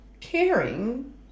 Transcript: caring